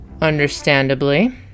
Understandably